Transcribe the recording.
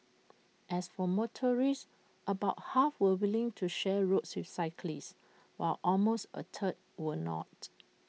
as for motorists about half were willing to share roads with cyclists while almost A third were not